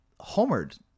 homered